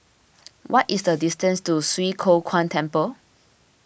what is the distance to Swee Kow Kuan Temple